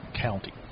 county